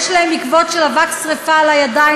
יש להם עקבות של אבק שרפה על הידיים,